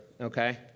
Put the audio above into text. Okay